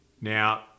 Now